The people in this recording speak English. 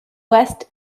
west